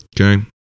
okay